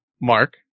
Mark